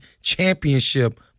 championship